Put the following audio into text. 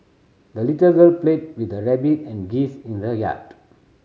the little girl played with her rabbit and geese in the yard